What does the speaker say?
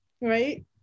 right